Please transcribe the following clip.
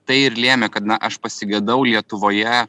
tai ir lėmė kad na aš pasigedau lietuvoje